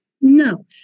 No